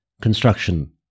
construction